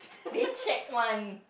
they check one